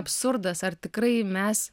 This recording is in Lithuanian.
absurdas ar tikrai mes